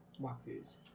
walkthroughs